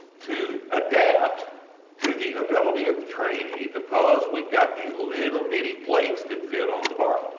to adapt to the ability of the trainee because weve got these little-bitty plates that fit on the bar.